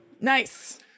Nice